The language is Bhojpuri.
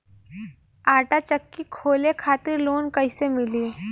आटा चक्की खोले खातिर लोन कैसे मिली?